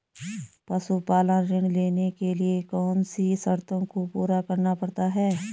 पशुपालन ऋण लेने के लिए कौन सी शर्तों को पूरा करना पड़ता है?